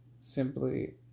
simply